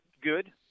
good